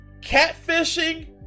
Catfishing